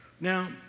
now